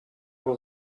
will